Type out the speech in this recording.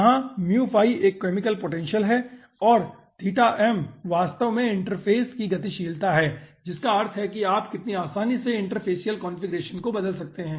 जहां 𝜇ɸ एक chemical potential है और 𝜃m वास्तव में इंटरफ़ेस की गतिशीलता है जिसका अर्थ है कि आप कितनी आसानी से इंटरफेसियल कॉन्फ़िगरेशन को बदल सकते हैं